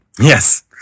Yes